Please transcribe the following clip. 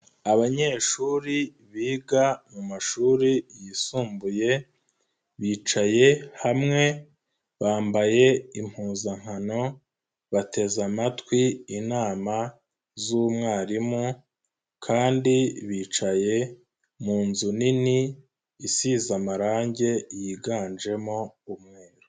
Abanyeshuri biga mu mashuri yisumbuye, bicaye hamwe bambaye impuzankano, bateze amatwi inama z'umwarimu kandi bicaye mu nzu nini isize amarangi yiganjemo umweru.